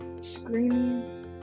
screaming